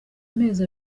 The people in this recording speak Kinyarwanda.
amezi